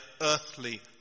earthly